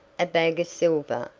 a bag of silver,